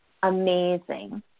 amazing